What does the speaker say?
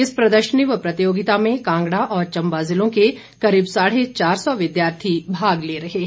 इस प्रदर्शनी व प्रतियोगिता में कांगड़ा और चंबा ज़िलो के करीब साढ़े चार सौ विद्यार्थी भाग ले रहे हैं